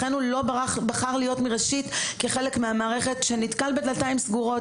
לכן הוא לא בחר להיות מראשית כחלק ממערכת שנתקל בדלתיים סגורות,